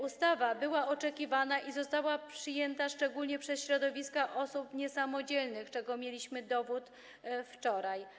Ustawa była oczekiwana i została pozytywnie przyjęta szczególnie przez środowiska osób niesamodzielnych, czego mieliśmy dowód wczoraj.